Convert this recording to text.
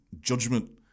judgment